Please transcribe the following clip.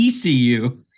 ECU